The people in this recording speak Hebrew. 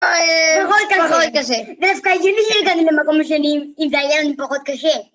פחות קשה! דווקא הגיוני שהגענו למקום השני אם זה היה לנו פחות קשה.